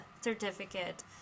certificate